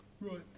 Right